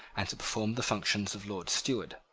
and to perform the functions of lord steward.